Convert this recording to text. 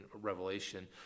Revelation